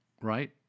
right